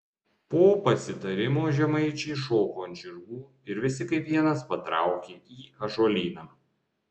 po pasitarimo žemaičiai šoko ant žirgų ir visi kaip vienas patraukė į ąžuolyną